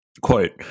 Quote